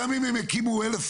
גם אם הם הקימו אלף,